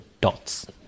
dots